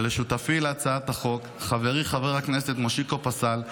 ולשותפי להצעת החוק חברי חבר הכנסת מושיקו פסל.